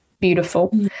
beautiful